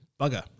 bugger